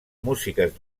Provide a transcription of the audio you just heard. músiques